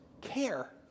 care